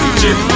chip